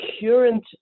current